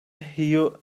you